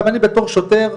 גם אני בתור שוטר,